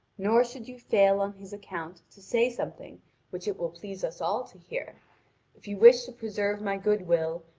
nor should you fail on his account to say something which it will please us all to hear if you wish to preserve my good-will,